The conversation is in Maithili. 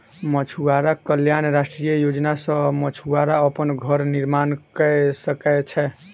मछुआरा कल्याण राष्ट्रीय योजना सॅ मछुआरा अपन घर निर्माण कय सकै छै